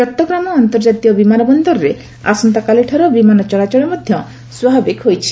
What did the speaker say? ଚଟୋଗ୍ରାମ ଅନ୍ତର୍ଜାତୀୟ ବିମାନ ବନ୍ଦରରେ ଆସନ୍ତାକାଲିଠାରୁ ବିମାନ ଚଳାଚଳ ମଧ୍ୟ ସ୍ୱାଭାବିକ ହୋଇଛି